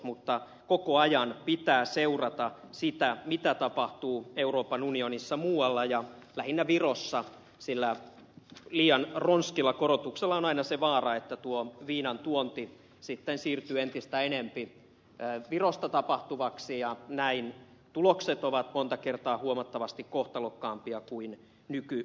mutta koko ajan pitää seurata sitä mitä tapahtuu muualla euroopan unionissa ja lähinnä virossa sillä liian ronskissa korotuksessa on aina se vaara että viinan tuonti sitten siirtyy entistä enemmän virosta tapahtuvaksi ja näin tulokset ovat monta kertaa huomattavasti kohtalokkaampia kuin nykymallilla